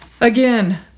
Again